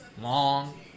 Long